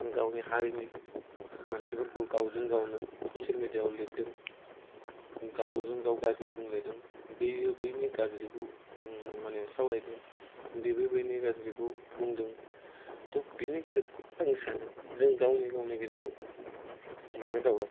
गावनि हारिनि मानसिफोरखौ गावजों गावनो ससियेल मिडियाआव लिरदों गावजों गाव गाज्रि बुंलायदों बियो बैनि गाज्रिखौ माने सावरायदों बिबो बैनि गाज्रिखौ बुंदों त' बेनि गेजेरावनो आं सानो जों गावनो गावनि गेजेराव मानो दावराव